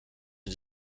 who